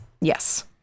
Yes